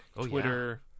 twitter